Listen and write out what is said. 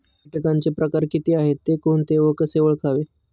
किटकांचे प्रकार किती आहेत, ते कोणते व कसे ओळखावे?